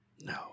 No